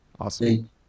awesome